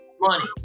money